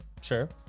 Sure